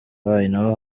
naho